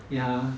ya